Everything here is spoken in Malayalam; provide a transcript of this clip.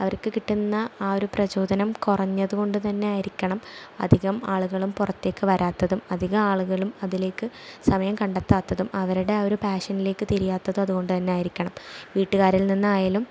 അവർക്ക് കിട്ടുന്ന ആ ഒരു പ്രചോദനം കുറഞ്ഞതു കൊണ്ട് തന്നെ ആയിരിക്കണം അധികം ആളുകളും പുറത്തേക്ക് വരാത്തതും അധികം ആളുകളും അതിലേക്ക് സമയം കണ്ടെത്താത്തതും അവരുടെ ആ ഒരു പാഷനിലേക്ക് തിരിയാത്തതും അതുകൊണ്ട് തന്നെ ആയിരിക്കണം വീട്ടുകാരിൽ നിന്നായാലും